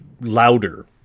louder